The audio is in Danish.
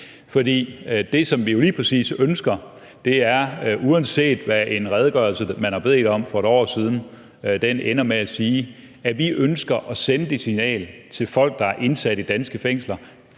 for det, som vi jo lige præcis ønsker, er, uanset hvad en redegørelse, man har bedt om for et år siden, ender med at sige, at sende det signal til folk, der er indsat i danske fængsler,